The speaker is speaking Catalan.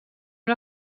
una